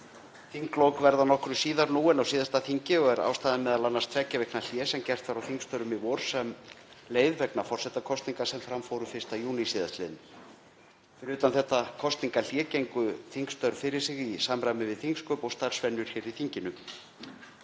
Þinglok verða nokkru síðar nú en á síðasta þingi og er ástæðan m.a. tveggja vikna hlé sem var gert á þingstörfum í vor sem leið vegna forsetakosninga sem fóru fram 1. júní sl. Fyrir utan þetta kosningahlé gengu þingstörf fyrir sig í samræmi við þingsköp og starfsvenjur hér á Alþingi.